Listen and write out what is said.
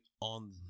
on